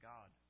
God